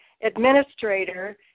administrator